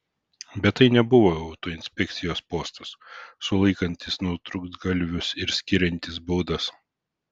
bet tai nebuvo autoinspekcijos postas sulaikantis nutrūktgalvius ir skiriantis baudas